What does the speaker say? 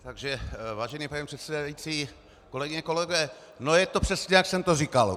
Takže vážený pane předsedající, kolegyně a kolegové, je to přesně, jak jsem to říkal.